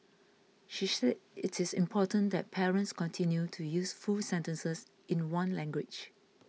she said it is important that parents continue to use full sentences in one language